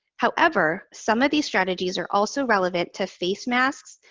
however, some of these strategies are also relevant to face masks,